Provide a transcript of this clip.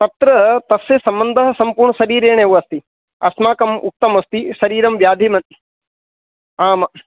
तत्र तस्य सम्बन्धः सम्पूर्णशरीरेण एव अस्ति अस्माकम् उक्तम् अस्ति शरीरं व्याधिमध्ये आम्